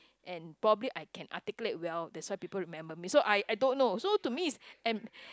and probably I can articulate well that's why people remember me so I I don't know so to me is and